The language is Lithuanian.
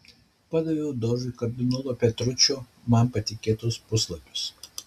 padaviau dožui kardinolo petručio man patikėtus puslapius